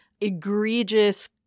egregious